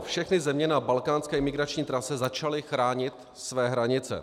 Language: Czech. Všechny země na balkánské imigrační trase začaly chránit své hranice.